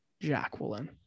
Jacqueline